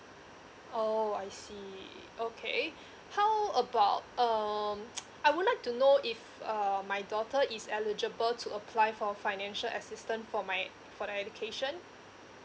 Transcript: oh I see okay how about um I would like to know if uh my daughter is eligible to apply for financial assistant for my for her education